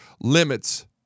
limits